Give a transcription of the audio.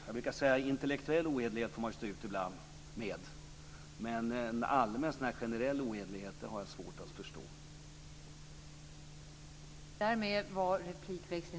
Jag brukar säga att man ibland får stå ut med intellektuell ohederlighet, men jag har svårt att förstå en generell ohederlighet.